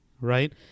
right